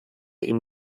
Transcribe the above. ihm